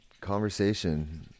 conversation